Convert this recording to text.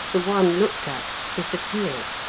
the one looked at disappeared.